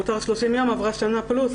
מותר 30 יום ועברה שנה פלוס.